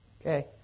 Okay